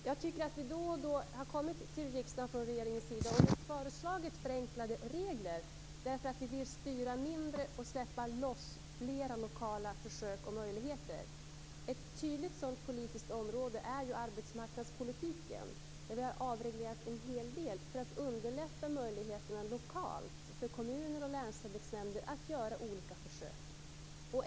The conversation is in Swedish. Fru talman! Regeringen har då och då kommit till riksdagen med förslag till förenklade regler därför att vi vill styra mindre och släppa loss flera lokala försök och möjligheter. Ett tydligt sådant politiskt område är arbetsmarknadspolitiken, där vi har avreglerat en hel del för att underlätta möjligheterna lokalt för kommuner och länsarbetsnämnder att göra olika försök.